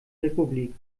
republik